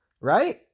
right